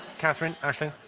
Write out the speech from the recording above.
katherine, aisling?